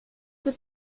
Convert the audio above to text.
wird